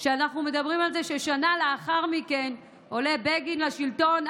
אנחנו מדברים על זה ששנה לאחר מכן עולה בגין לשלטון,